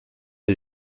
les